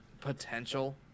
potential